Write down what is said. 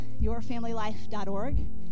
yourfamilylife.org